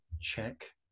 check